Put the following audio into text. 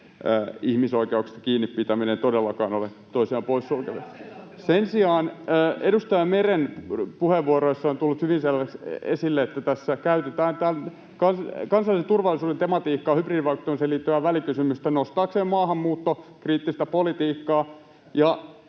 ihmisoikeuksista kiinnipitäminen todellakaan ole toisiaan poissulkevia. [Ben Zyskowicz: Tehän ne asetatte vastakkain!] Sen sijaan edustaja Meren puheenvuoroissa on tullut hyvin selvästi esille, että tässä käytetään kansallisen turvallisuuden tematiikkaa, hybridivaikuttamiseen liittyvää välikysymystä, nostaakseen maahanmuuttokriittistä politiikkaa,